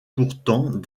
pourtant